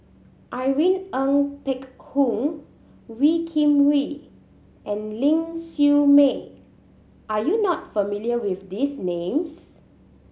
Irene Ng Phek Hoong Wee Kim Wee and Ling Siew May are you not familiar with these names